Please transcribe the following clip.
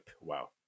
wow